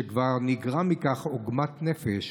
שכבר נגרמה מכך עוגמת נפש,